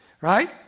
Right